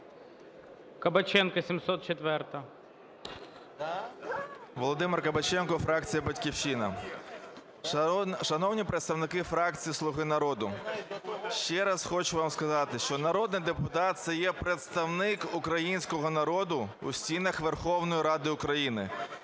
КАБАЧЕНКО В.В. Володимир Кабаченко, фракція "Батьківщина". Шановні представники фракції "Слуга народу", ще раз хочу вам сказати, що народний депутат – це є представник українського народу у стінах Верховної Ради України.